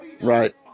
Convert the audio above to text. Right